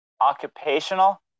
occupational